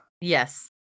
Yes